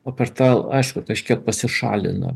o per tą aišku kažkiek pasišalina